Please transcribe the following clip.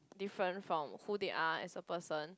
different from who they are as a person